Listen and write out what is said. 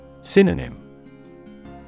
Synonym